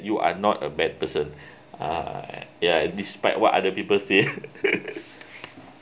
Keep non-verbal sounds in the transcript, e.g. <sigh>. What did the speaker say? you are not a bad person uh ya despite what other people say <laughs>